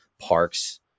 parks